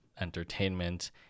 entertainment